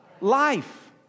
life